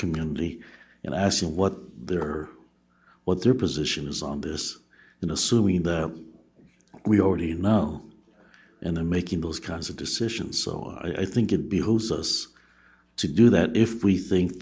community and asking what their what their position is on this in assuming the we already now and then making those kinds of decisions so i think it behooves us to do that if we think